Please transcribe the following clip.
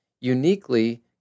uniquely